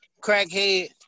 crackhead